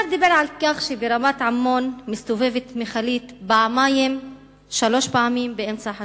השר דיבר על כך שברבת-עמון מסתובבת מכלית פעמיים-שלוש באמצע השבוע,